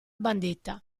bandita